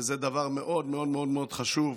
זה דבר מאוד מאוד מאוד חשוב,